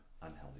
unhealthy